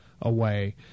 away